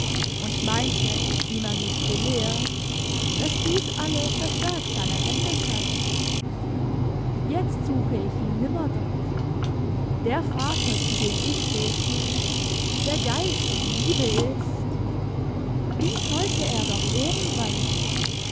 und meinte wie man mich gelehrt daß dies alles das werk seiner hände sei jetzt suche ich ihn nimmer dort der vater zu dem ich bete der geist und liebe ist wie sollte er dort oben weilen